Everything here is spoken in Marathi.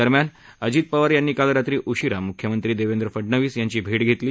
दरम्यान अजित पवार यांनी काल रात्री उशीरा मुख्यमंत्री देवेंद्र फडनवीस यांची भेट घेतली